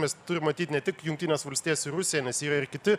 mes turim matyt ne tik jungtines valstijas ir rusiją nes yra ir kiti